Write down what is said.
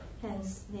Hence